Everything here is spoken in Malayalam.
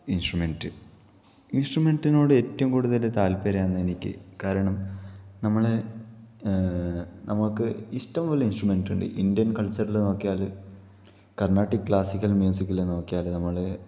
ഇന്സ്ട്രമെന്റ് ഇന്സ്ട്രമെന്റ്റ്റിനോടെറ്റവും കൂടുതല് താല്പ്പര്യം ആന്നെനിക്ക് കാരണം നമ്മളെ നമുക്ക് ഇഷ്ടംപോലെ ഇന്സ്ട്രമെന്റ് ഉണ്ട് ഇന്ത്യന് കള്ച്ചറില് നോക്കിയാല് കര്ണാട്ടിക് ക്ലാസിക്കല് മ്യൂസിക്കില് നോക്കിയാല് നമ്മള്